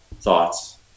thoughts